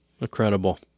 incredible